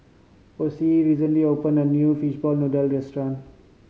Osie recently opened a new fishball noodle restaurant